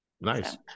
Nice